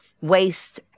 waste